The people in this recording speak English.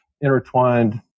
intertwined